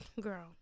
girl